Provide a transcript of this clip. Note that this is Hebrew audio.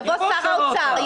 יבוא שר האוצר,